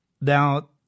Now